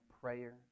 prayer